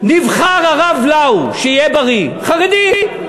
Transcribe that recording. נבחר הרב לאו, שיהיה בריא, חרדי.